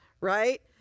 right